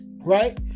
right